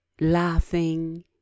laughing